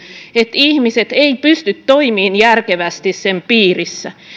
että ihmiset eivät pysty toimimaan järkevästi sen piirissä